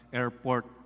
airport